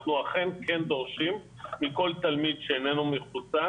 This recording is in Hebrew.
אנחנו כן דורשים מכל תלמיד שאינו מחוסן